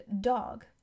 Dog